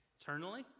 eternally